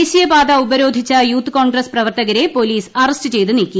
ദേശീയ പാത ഉപരോധിച്ച യൂത്ത് കോൺഗ്രസ് പ്രവർത്തകരെ പോലീസ് അറസ്റ്റ് ചെയ്ത് നീക്കി